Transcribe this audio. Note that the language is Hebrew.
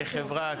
כחברה,